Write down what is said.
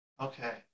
Okay